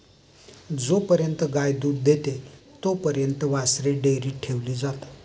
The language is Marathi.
जोपर्यंत गाय दूध देते तोपर्यंत वासरे डेअरीत ठेवली जातात